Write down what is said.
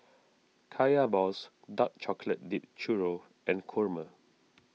Kaya Balls Dark Chocolate Dipped Churro and Kurma